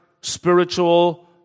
spiritual